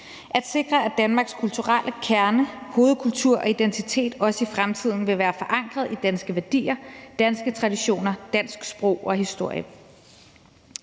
»at sikre, at Danmarks kulturelle kerne, hovedkultur og identitet også i fremtiden vil være forankret i danske værdier, danske traditioner og dansk sprog og historie«.